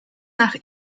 nach